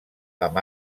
amb